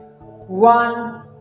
one